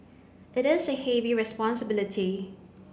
it is a heavy responsibility